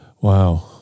Wow